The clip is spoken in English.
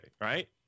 right